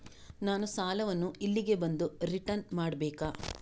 ನಾನು ಸಾಲವನ್ನು ಇಲ್ಲಿಗೆ ಬಂದು ರಿಟರ್ನ್ ಮಾಡ್ಬೇಕಾ?